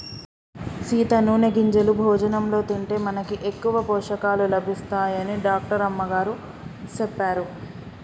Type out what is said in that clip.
సీత నూనె గింజలు భోజనంలో తింటే మనకి ఎక్కువ పోషకాలు లభిస్తాయని డాక్టర్ అమ్మగారు సెప్పారు